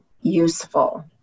useful